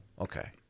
Okay